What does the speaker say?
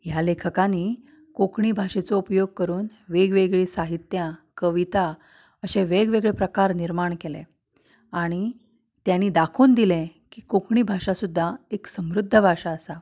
ह्या लेखकांनी कोंकणी भाशेचो उपयोग करून वेगवेगळीं साहित्यां कविता अशे वेगवेगळे प्रकार निर्माण केले आनी त्यांनी दाखोवन दिलें की कोंकणी भाशा सुद्दां एक समृद्ध भाशा आसा